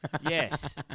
Yes